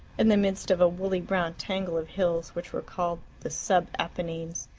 in the midst of a woolly-brown tangle of hills which were called the sub-apennines.